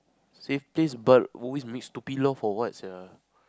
say please but always make stupid law for what sia